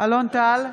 אלון טל,